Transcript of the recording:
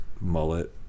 mullet